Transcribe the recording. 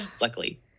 luckily